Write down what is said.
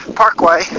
parkway